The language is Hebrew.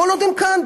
כל עוד הם כאן,